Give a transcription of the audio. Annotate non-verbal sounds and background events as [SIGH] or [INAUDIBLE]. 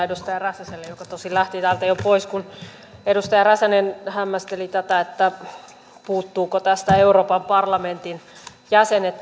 [UNINTELLIGIBLE] edustaja räsäselle joka tosin lähti täältä jo pois kun edustaja räsänen hämmästeli että puuttuvatko tästä listasta euroopan parlamentin jäsenet [UNINTELLIGIBLE]